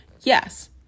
Yes